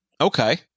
okay